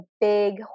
big